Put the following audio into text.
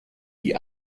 die